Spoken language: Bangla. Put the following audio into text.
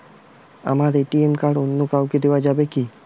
আমার এ.টি.এম কার্ড অন্য কাউকে দেওয়া যাবে কি?